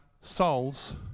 souls